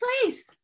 place